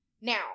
Now